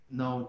no